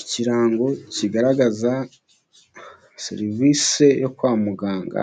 Ikirango kigaragaza serivise yo kwa muganga